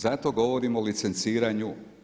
Zato govorim o licenciranju.